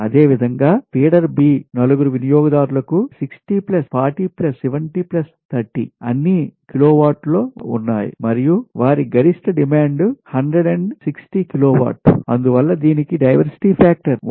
3 అదేవిధంగా feeder B 4 వినియోగదారులకు 60 40 70 30 అన్నికిలోవాట్లో ఉన్నారు మరియు వారి గరిష్ట డిమాండ్ 160 కిలోవాట్ అందువల్ల దీనికి డైవర్సిటీ ఫాక్టర్ 1